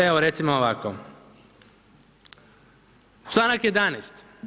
Evo recimo ovako, članak 11.